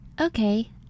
Okay